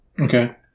Okay